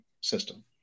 system